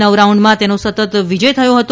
નવ રાઉન્ડમાં તેનો સતત વિજય થયો હતો